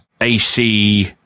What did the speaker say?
AC